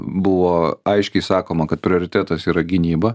buvo aiškiai sakoma kad prioritetas yra gynyba